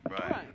right